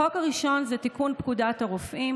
החוק הראשון זה תיקון פקודת הרופאים.